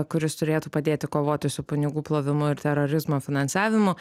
kuris turėtų padėti kovoti su pinigų plovimu ir terorizmo finansavimu